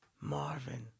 Marvin